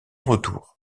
retour